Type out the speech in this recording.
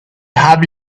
have